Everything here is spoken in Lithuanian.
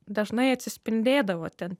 dažnai atsispindėdavo ten